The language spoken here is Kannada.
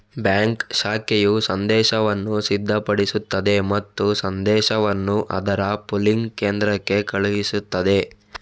ಬ್ಯಾಂಕ್ ಶಾಖೆಯು ಸಂದೇಶವನ್ನು ಸಿದ್ಧಪಡಿಸುತ್ತದೆ ಮತ್ತು ಸಂದೇಶವನ್ನು ಅದರ ಪೂಲಿಂಗ್ ಕೇಂದ್ರಕ್ಕೆ ಕಳುಹಿಸುತ್ತದೆ